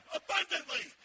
abundantly